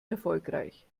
erfolgreich